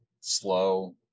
slow